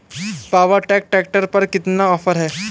Power track tractor पर कितना offer है?